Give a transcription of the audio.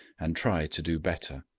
and try to do better.